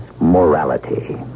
morality